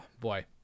boy